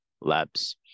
Labs